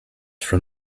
from